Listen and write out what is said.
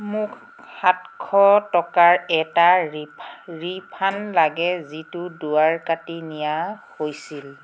মোক সাতশ টকাৰ এটা ৰিফা ৰিফাণ্ড লাগে যিটো দুৱাৰ কাটি নিয়া হৈছিল